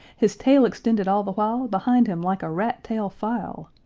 his tail extended all the while behind him like a rat-tail file!